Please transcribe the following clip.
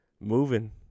moving